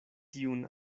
tiun